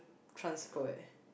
transfer eh